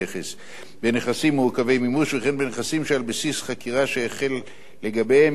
בנכסים מורכבי מימוש וכן בנכסים שעל בסיס חקירה לגביהם יש יסוד